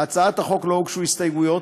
להצעת החוק לא הוגשו הסתייגויות,